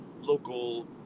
local